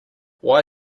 why